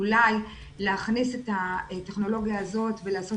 אולי להכניס את הטכנולוגיה הזאת ולעשות